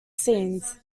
scenes